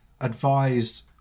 advised